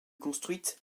construite